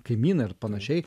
kaimynai ir panašiai